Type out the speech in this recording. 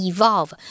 Evolve